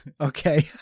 Okay